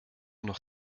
noch